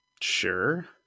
sure